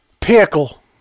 Pickle